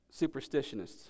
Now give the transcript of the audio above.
superstitionists